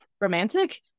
romantic